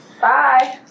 Bye